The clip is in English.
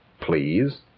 please